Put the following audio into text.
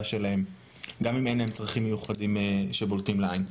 שלהם גם אם אין להם צרכים מיוחדים שבולטים לעין.